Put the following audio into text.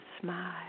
smile